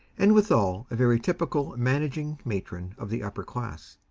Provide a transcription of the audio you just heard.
and withal a very typical managing matron of the upper class,